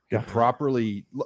properly